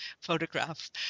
photograph